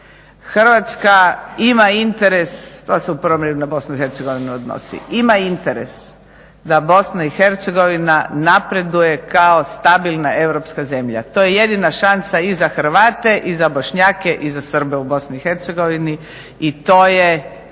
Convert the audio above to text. Hrvatska ima interes, to se u prvom redu na BiH odnosi, ima interes da BiH napreduje kao stabilna europska zemlja. To je jedina šansa i za Hrvate i za Bošnjake i za Srbe u BiH i to je